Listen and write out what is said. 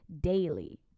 daily